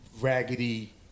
raggedy